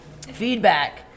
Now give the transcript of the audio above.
Feedback